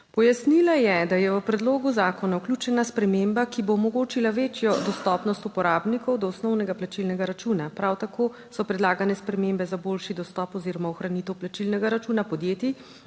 Pojasnila je, da je v predlogu zakona vključena sprememba, ki bo omogočila večjo dostopnost uporabnikov do osnovnega plačilnega računa. Prav tako so predlagane spremembe za boljši dostop oziroma ohranitev plačilnega računa podjetij